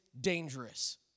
dangerous